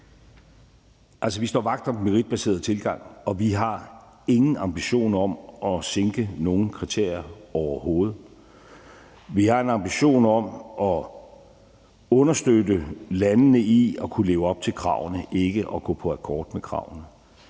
vi står vagt om den meritbaserede tilgang, og vi har ingen ambitioner om at sænke nogen kriterier, overhovedet. Vi har en ambition om at understøtte landene i at kunne leve op til kravene, ikke at gå på akkord med kravene.